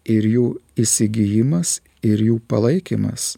ir jų įsigijimas ir jų palaikymas